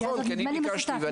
נכון, כי אני ביקשתי.